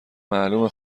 معلومه